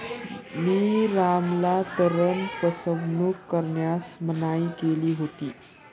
मी रामला तारण फसवणूक करण्यास मनाई केली होती